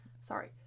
Sorry